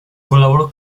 colaboró